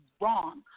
wrong